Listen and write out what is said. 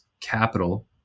capital